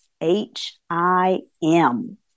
H-I-M